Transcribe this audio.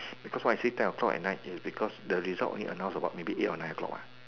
because why I say ten O-clock at night is because the results only announce maybe at only like eight or nine O-clock what